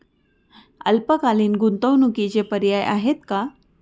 अल्पकालीन गुंतवणूकीचे पर्याय आहेत का?